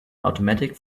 automatic